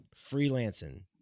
Freelancing